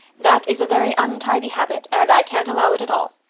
that is a very untidy habit, and i can't allow it at all.